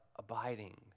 abiding